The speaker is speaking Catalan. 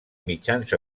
mitjans